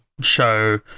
show